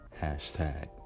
Hashtag